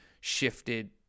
shifted